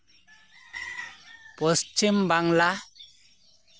Paschim Bangla